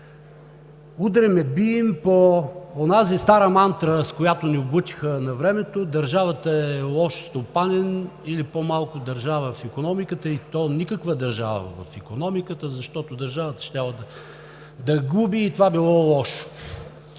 Удряме, бием по онази стара мантра, с която ни облъчиха навремето, че държавата е лош стопанин или по малко държава в икономиката, и то никаква държава в икономиката, защото държавата щяла да губи и това било лошо.